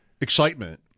excitement